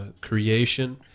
creation